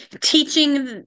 teaching